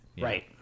Right